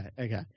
okay